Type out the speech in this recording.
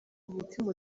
umutima